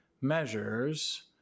measures